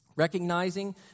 Recognizing